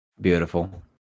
Beautiful